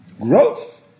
growth